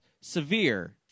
Severe